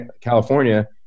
California